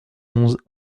onze